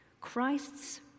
Christ's